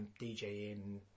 DJing